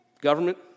Government